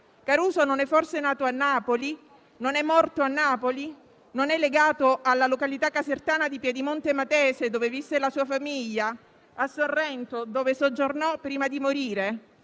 Caruso non è forse nato a Napoli? Non è morto a Napoli? Non è legato alla località casertana di Piedimonte Matese, dove visse la sua famiglia, e a Sorrento, dove soggiornò prima di morire